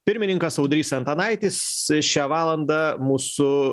pirmininkas audrys antanaitis šią valandą mūsų